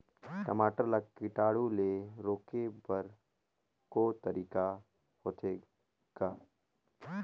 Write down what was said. टमाटर ला कीटाणु ले रोके बर को तरीका होथे ग?